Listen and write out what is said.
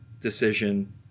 decision